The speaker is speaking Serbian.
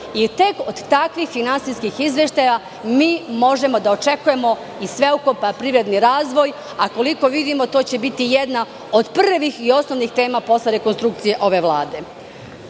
Tek od takvih finansijskih izveštaja mi možemo da očekujemo i sveobuhvatan privredni razvoj. Koliko vidimo, to će biti jedna od prvih i osnovnih tema posle rekonstrukcije ove Vlade. Da